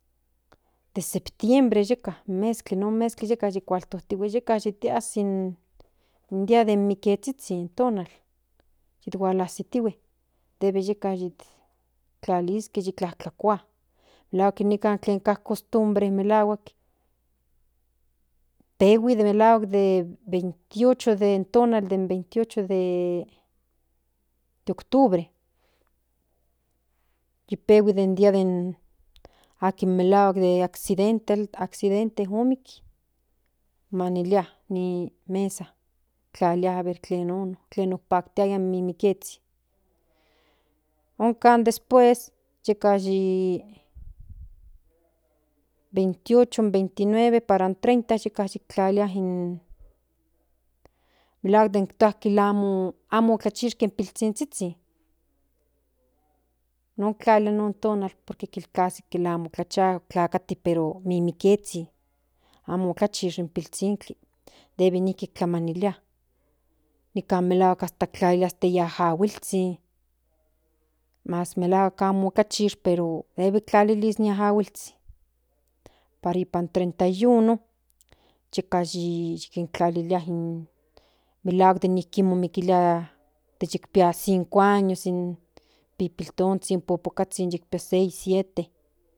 De septiembre yeka non mezkli yeka yikualtijtihue yela yi azi in dia den mikiezhizhin tonal yithualazitihue debe yeka yik tlaliske yi kua melahuak nikan len ka cost bre melahuak tehui de melahuak de veintiocho den tonal den veintiocho de octubre yipehui den dia de akin melahuak de accidente ik manilia ni mesa tlalia aver tlen nono tlen okpaktiaya in mimiekezhin onka después yeka ni veintiocho veintinueve para in trenta yu kasi tlalia ni melahuak tua amo tlaziske in piltonzhizhin non tlalia non tonal por que kasi tlen amo tlachitlakati pero mimikiezhin amo tlachin pinzhinkli debe de mike tlamanilia nikan melahuak hasta tlalia juahuilzhin mas melahuak amo kachis pero deb tlalilis ni ajuahulzhin para ipan treinta y uno yeka yi yikintlalia ni melahuak se nijkin momikilia de yikpia cinco años pipiltonzhin popokazhin yikpia seis siete